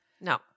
No